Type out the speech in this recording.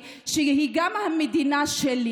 שהיא גם המדינה שלי.